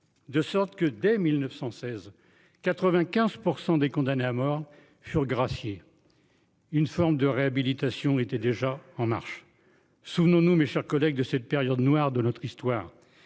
De sorte que dès 1916 95% des condamnés à mort furent graciés. Une forme de réhabilitation était déjà en marche. Souvenons-nous, mes chers collègues, de cette période noire de notre histoire